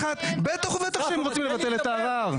בטח ובטח שהם רוצים לבטל את הערר.